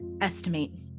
estimate